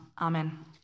Amen